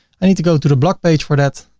i need to go to the blog page for that.